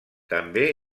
també